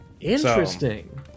interesting